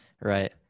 Right